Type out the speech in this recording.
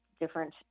different –